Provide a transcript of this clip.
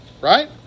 right